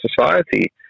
society